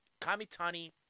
Kamitani